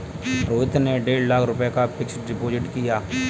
रोहित ने डेढ़ लाख रुपए का फ़िक्स्ड डिपॉज़िट किया